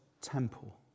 temple